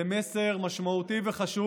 זה מסר משמעותי וחשוב.